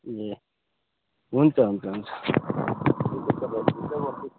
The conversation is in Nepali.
ए हुन्छ हुन्छ हुन्छ हुन्छ तपाईँहरू ढुक्कै बस्छु